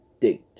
date